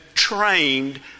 trained